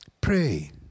pray